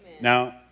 Now